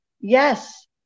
yes